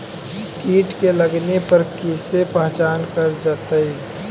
कीट के लगने पर कैसे पहचान कर जयतय?